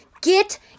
Get